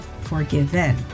forgiven